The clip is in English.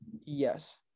yes